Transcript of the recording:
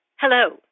Hello